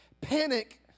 Panic